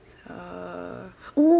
uh oo